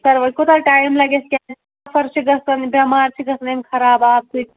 سَر وۄنۍ کوٗتاہ ٹایِم لَگہِ اَسہِ نَفر چھِ گژھان بٮ۪مار چھِ گَژھان اَمہِ خَراب آبہٕ سۭتۍ